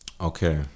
Okay